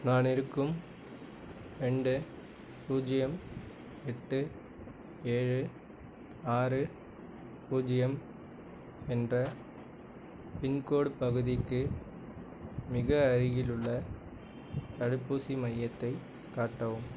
நான் இருக்கும் ரெண்டு பூஜ்ஜியம் எட்டு ஏழு ஆறு பூஜ்ஜியம் என்ற பின்கோடு பகுதிக்கு மிக அருகில் உள்ள தடுப்பூசி மையத்தை காட்டவும்